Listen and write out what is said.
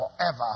forever